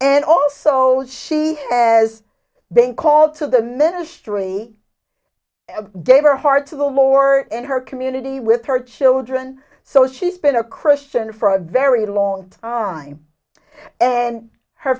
and also she has been called to the ministry gave her heart to the lord in her community with her children so she's been a christian for a very long time and her